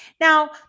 Now